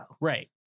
right